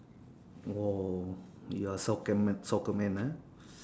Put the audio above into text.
!whoa! you are soccer man soccer man ah